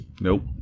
Nope